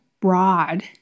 broad